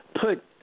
put